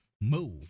Move